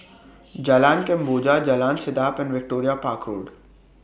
Jalan Kemboja Jalan Sedap and Victoria Park Road